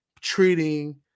treating